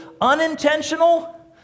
unintentional